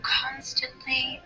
constantly